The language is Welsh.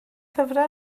llyfrau